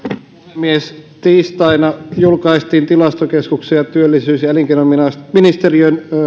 puhemies tiistaina julkaistiin tilastokeskuksen ja työllisyys ja elinkeinoministeriön